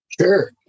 Sure